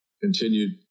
continued